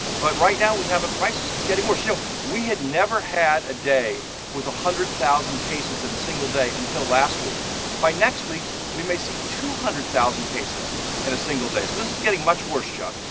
but right now we have a crisis that's getting worse. you know we have never had a day with one hundred thousand cases in a single day until last week by next week, we may see two hundred thousand cases in a single day. this is getting much worse, chuck.